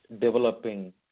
developing